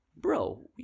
bro